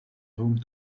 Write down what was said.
home